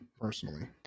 personally